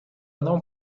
não